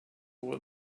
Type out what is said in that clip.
will